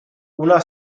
una